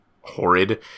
horrid